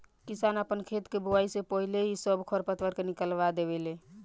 किसान आपन खेत के बोआइ से पाहिले ही सब खर पतवार के निकलवा देवे ले